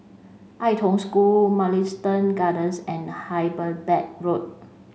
Ai Tong School Mugliston Gardens and Hyderabad Road